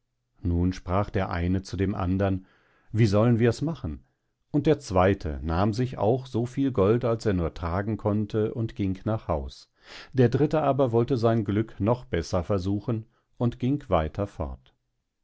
nun sprach der eine zu dem andern wie sollen wir es machen und der zweite nahm sich auch soviel gold als er nur tragen konnte und ging nach haus der dritte aber wollte sein glück noch besser versuchen und ging weiter fort